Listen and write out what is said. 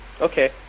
Okay